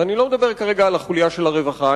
ואני לא מדבר כרגע על החוליה של הרווחה,